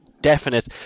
definite